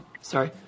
sorry